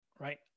right